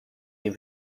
این